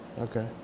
okay